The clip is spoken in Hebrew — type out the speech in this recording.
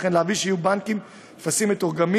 וכן להביא לכך שיהיו בבנקים טפסים מתורגמים,